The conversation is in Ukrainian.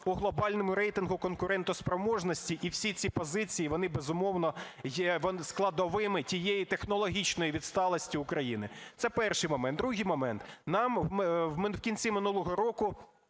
у глобальному рейтингу конкурентоспроможності. І всі ці позиції, вони, безумовно, є складовими тієї технологічної відсталості України. Це перший момент. Другий момент. Нам в кінці минулого року